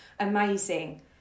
amazing